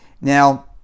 Now